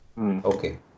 Okay